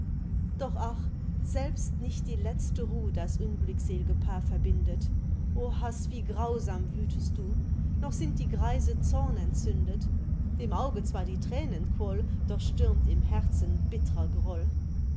doch ach selbst nicht die letzte ruh das unglücksel'ge paar verbindet o haß wie grausam wüthest du noch sind die greise zornentzündet dem auge zwar die thrän entquoll doch stürmt im herzen bittrer groll